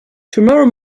tomorrow